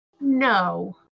No